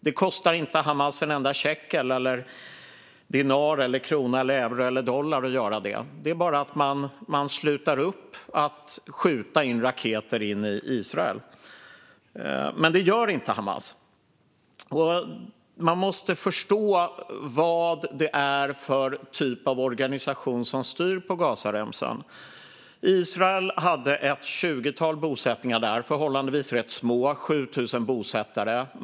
Det kostar inte Hamas en enda shekel, dinar, krona, euro eller dollar att göra det, utan det är bara att sluta upp med att skjuta in raketer i Israel. Men det gör inte Hamas. Man måste förstå vad det är för typ av organisation som styr på Gazaremsan. Israel hade ett tjugotal bosättningar där, förhållandevis små, 7 000 bosättare.